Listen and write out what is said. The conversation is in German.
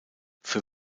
für